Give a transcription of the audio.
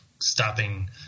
stopping